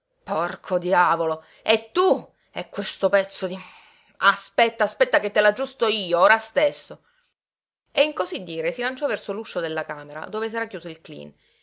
porco diavolo e tu e questo pezzo di aspetta aspetta che te l'aggiusto io ora stesso e in cosí dire si lanciò verso l'uscio della camera dove s'era chiuso il cleen